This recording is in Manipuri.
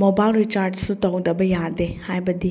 ꯃꯣꯕꯥꯏꯜ ꯔꯤꯆꯥꯔꯖꯁꯨ ꯇꯧꯗꯕ ꯌꯥꯗꯦ ꯍꯥꯏꯕꯗꯤ